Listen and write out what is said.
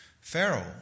Pharaoh